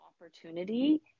opportunity